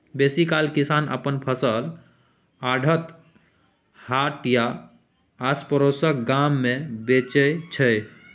बेसीकाल किसान अपन फसल आढ़त, हाट या आसपरोसक गाम मे बेचै छै